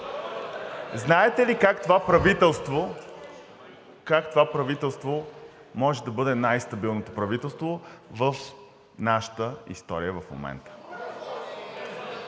правителство, как това правителство може да бъде най-стабилното правителство в нашата история в момента?